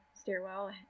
stairwell